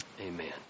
Amen